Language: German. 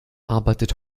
arbeitet